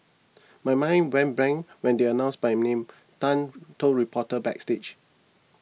my mind went blank when they announced my name Tan told reporters backstage